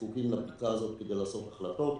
זקוקים לבדיקה הזאת כדי לקבל החלטות,